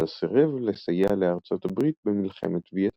אבל סירב לסייע לארצות הברית במלחמת וייטנאם.